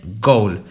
goal